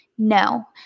No